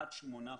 עד שמונה חודשים,